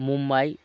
Mumbai